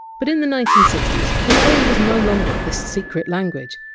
but in the nineteen sixty s, polari was no longer this secret language.